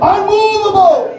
Unmovable